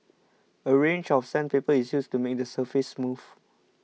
a range of sandpaper is used to make the surface smooth